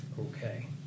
Okay